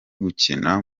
gukina